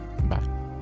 Bye